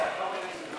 חוק העונשין